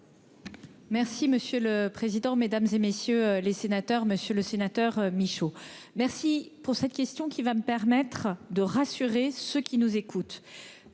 Merci monsieur le président, Mesdames, et messieurs les sénateurs, Monsieur le Sénateur Michaud merci pour cette question qui va me permettre de rassurer ceux qui nous écoutent.